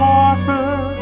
offer